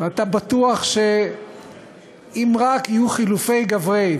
ואתה בטוח שאם רק יהיו חילופי גברי,